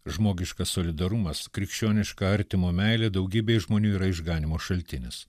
žmogiškas solidarumas krikščioniška artimo meilė daugybei žmonių yra išganymo šaltinis